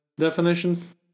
definitions